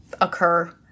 occur